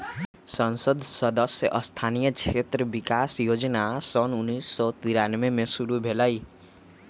संसद सदस्य स्थानीय क्षेत्र विकास जोजना सन उन्नीस सौ तिरानमें में शुरु भेलई